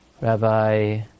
Rabbi